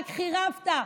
רק חרבת,